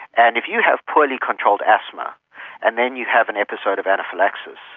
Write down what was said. and if you have poorly controlled asthma and then you have an episode of anaphylaxis,